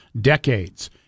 decades